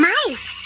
Mice